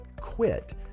quit